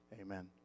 Amen